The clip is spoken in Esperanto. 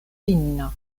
finna